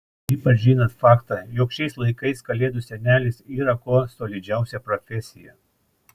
ypač žinant faktą jog šiais laikais kalėdų senelis yra kuo solidžiausia profesija